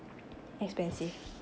expensive